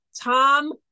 Tom